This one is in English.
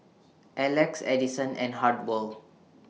Alex Adison and Hartwell